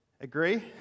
Agree